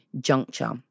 juncture